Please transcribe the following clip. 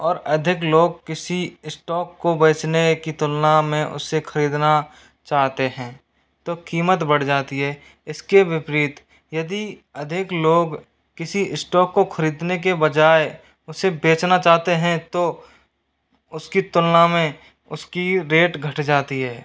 और अधिक लोग किसी स्टोक को बेचने की तुलना में उसे खरीदना चाहते हैं तो कीमत बढ़ जाती है इसके विपरीत यदि अधिक लोग किसी स्टोक को खरीदने के बजाय उसे बेचना चाहते हैं तो उसकी तुलना में उसकी रेट घट जाती है